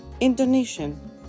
Indonesian